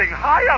hi. yeah